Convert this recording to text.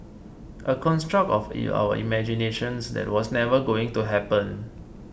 a construct of our imaginations that was never going to happen